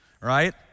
right